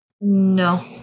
No